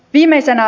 viimeisenä